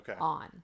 on